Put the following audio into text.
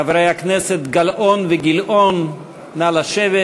חברי הכנסת גלאון וגילאון, נא לשבת.